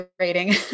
rating